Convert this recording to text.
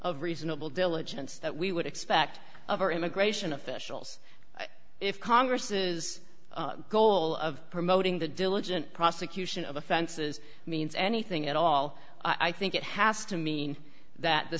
of reasonable diligence that we would expect of our immigration officials if congress's goal of promoting the diligent prosecution of offenses means anything at all i think it has to mean that the